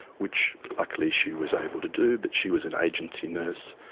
which luckily she was able to do, but she was an agency nurse,